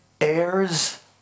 heirs